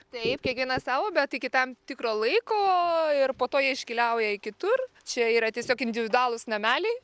taip kiekvienas savo bet iki tam tikro laiko ir po to iškeliauja į kitur čia yra tiesiog individualūs nameliai